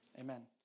Amen